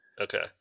Okay